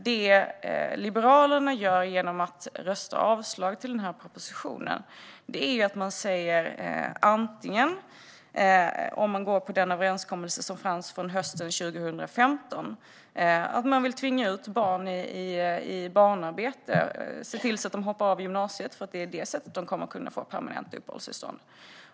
Om Liberalerna röstar avslag på den här propositionen men går på den överenskommelse som fanns från hösten 2015 innebär det att man vill tvinga ut barn i barnarbete och se till att de hoppar av gymnasiet, för det är på det sättet de kommer att kunna få permanent uppehållstillstånd.